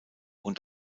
und